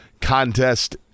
Contest